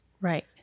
Right